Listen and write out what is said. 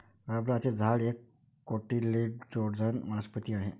रबराचे झाड एक कोटिलेडोनस वनस्पती आहे